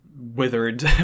withered